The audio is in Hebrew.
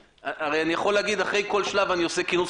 הרי אני יכול להגיד אחרי כל שלב שאני עושה כינוס